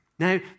Now